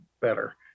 better